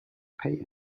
pay